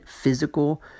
physical